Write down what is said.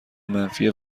منفی